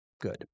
good